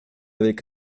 avec